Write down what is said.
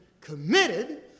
committed